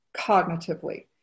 cognitively